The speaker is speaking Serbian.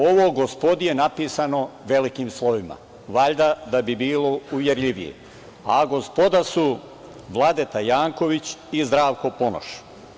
Ovo „GOSPODI“ je napisano velikim slovima, valjda da bi bilo uverljivije, a „GOSPODA“ su Vladeta Janković i Zdravko Ponoš.